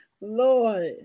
Lord